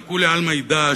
וכולי עלמא ידע,